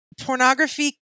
Pornography